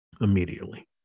immediately